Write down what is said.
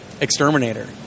exterminator